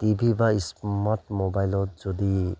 T V বা smart মোবাইলত যদি